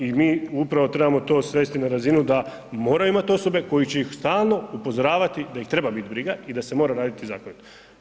I mi upravo trebamo to svesti na razinu da moraju imati osobe koji će ih stalno upozoravati da ih treba biti briga i da se mora raditi zakonito.